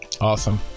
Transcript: Awesome